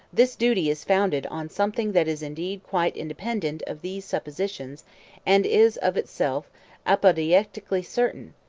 this duty is founded on something that is indeed quite independent of these suppositions and is of itself apodeictically certain,